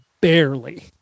barely